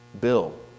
Bill